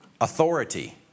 authority